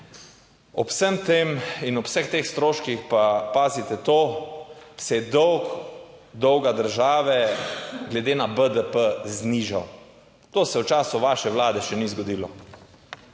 Ob vsem tem in ob vseh teh stroških pa, pazite to, se je dolg, dolga države glede na BDP znižal. To se v času vaše vlade še ni zgodilo.